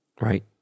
right